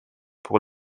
pour